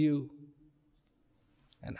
you and